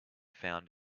found